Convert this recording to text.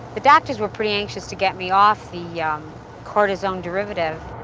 the doctors were pretty anxious to get me off the yeah cortisone derivative.